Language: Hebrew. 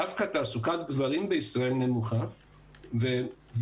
דווקא תעסוקת גברים בישראל נמוכה ומסגרות